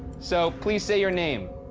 so please say your name!